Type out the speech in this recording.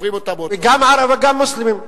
גם מוסלמים.